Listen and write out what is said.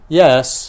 yes